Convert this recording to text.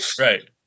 right